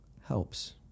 helps